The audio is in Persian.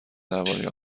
درباره